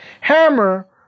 Hammer